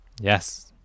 yes